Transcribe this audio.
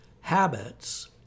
Habits